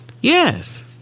Yes